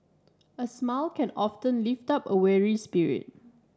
a smile can often lift up a weary spirit